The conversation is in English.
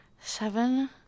seven